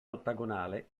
ottagonale